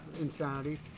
Insanity